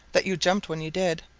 that you jumped when you did,